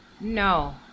No